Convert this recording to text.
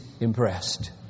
impressed